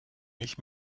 nicht